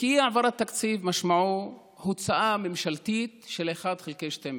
כי אי-העברת תקציב משמעה הוצאה ממשלתית של 1 חלקי 12,